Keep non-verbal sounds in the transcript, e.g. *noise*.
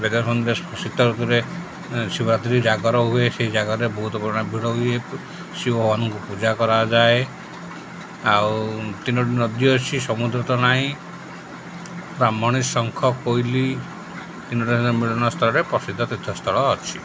*unintelligible* ଋତୁରେ ଶିବରାତ୍ରି ଜାଗର ହୁଏ ସେଇ ଜାଗରେ ବହୁତ ପରିମାଣ ଭିଡ଼ ହୁଏ ଶିବମାନଙ୍କୁ ପୂଜା କରାଯାଏ ଆଉ ତିନୋଟି ନଦୀ ଅଛି ସମୁଦ୍ର ତ ନାଇଁ ବ୍ରାହ୍ମଣୀ ଶଙ୍ଖ କୋଇଲି *unintelligible* ସ୍ଥରରେ ପ୍ରସିଦ୍ଧ ତୀର୍ଥସ୍ଥଳ ଅଛି